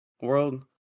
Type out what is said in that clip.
World